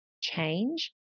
change